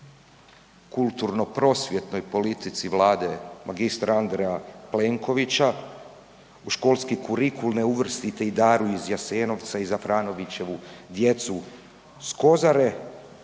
kulturno-prosvjetnoj politici Vlade magistra Andreja Plenkovića, u školski kurikul ne uvrstite i „Daru iz Jasenovca“ i Zafranoviću „Djecu s Kozare“